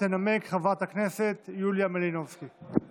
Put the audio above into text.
תנמק חברת הכנסת יוליה מלינובסקי.